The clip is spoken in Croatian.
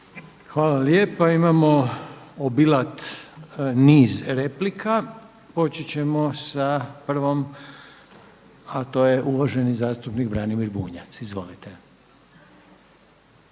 Hvala lijepa. Imamo obilat niz replika. Počet ćemo sa prvom, a to je uvaženi zastupnik Branimir Bunjac. Izvolite.